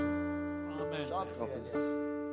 Amen